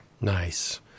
nice